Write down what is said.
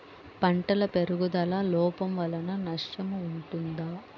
పంటల పెరుగుదల లోపం వలన నష్టము ఉంటుందా?